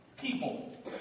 people